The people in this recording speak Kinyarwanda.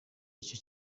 icyo